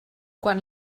quan